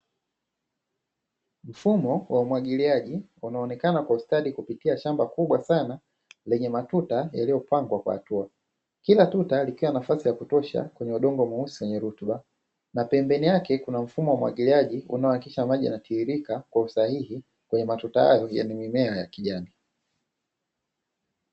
Mfumo wa umwagiliaji unaonekana kwa ustadi kupitia shamba kubwa sana lenye matuta yaliyopangwa kwa hatua, kila tuta likiwa na nafasi ya kutosha kwenye udongo mweusi wenye rutuba, na pembeni yake kuna mifumo ya umwagiliaji inayohakikisha maji yanatiririka kwa usahihi kwenye matuta hayo yenye mimea ya kijani.